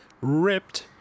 ripped